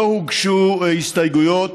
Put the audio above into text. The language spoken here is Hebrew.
לא הוגשו הסתייגויות